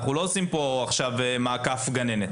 אנחנו לא עושים כאן עכשיו מעקף גננת.